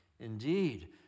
Indeed